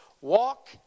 Walk